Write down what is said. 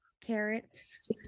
Carrots